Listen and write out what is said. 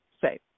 say